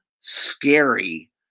scary